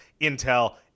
intel